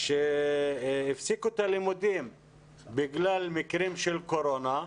שהפסיקו את הלימודים בגלל מקרים של קורונה.